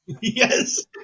Yes